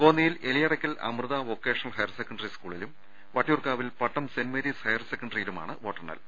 കോന്നിയിൽ Eliyarakkal Amrita vocational higher secondary സ്കൂളിലും വട്ടിയൂർക്കാവിൽ പട്ടം സെന്റ് മേരീസ് ഹയർ സെക്കന്ററിയിലുമാണ് വോട്ടെണ്ണൽ